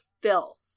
filth